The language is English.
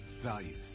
values